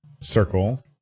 circle